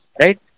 right